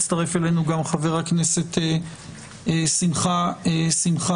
מצטרף אלינו גם חבר הכנסת שמחה רוטמן.